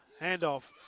handoff